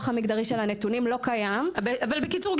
המגדרי של הנתונים לא קיים -- בקיצור,